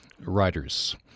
writers